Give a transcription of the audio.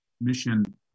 mission